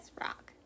rock